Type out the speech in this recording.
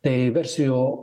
tai versijų